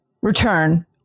return